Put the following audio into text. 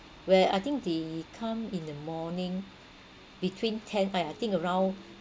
where I think they come in the morning between ten ah I think around